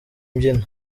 mbyino